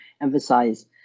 emphasize